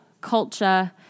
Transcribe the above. culture